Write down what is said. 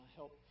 help